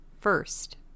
First